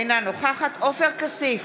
אינה נוכחת עופר כסיף,